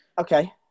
Okay